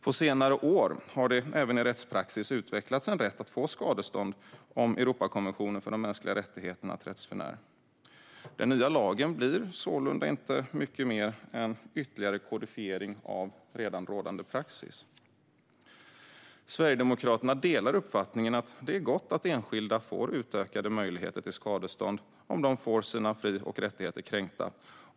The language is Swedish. På senare år har det även i rättspraxis utvecklats en rätt att få skadestånd om Europakonventionen för de mänskliga rättigheterna trätts förnär. Den nya lagen blir sålunda inte mycket mer än ytterligare kodifiering av redan rådande praxis. Skadestånd och Europakonventionen Sverigedemokraterna delar uppfattningen att det är gott att enskilda får utökade möjligheter till skadestånd om de får sina fri och rättigheter kränkta.